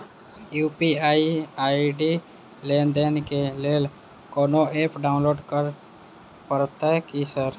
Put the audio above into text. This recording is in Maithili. यु.पी.आई आई.डी लेनदेन केँ लेल कोनो ऐप डाउनलोड करऽ पड़तय की सर?